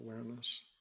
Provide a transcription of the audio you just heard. awareness